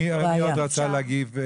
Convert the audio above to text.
מי עוד רצה להגיב?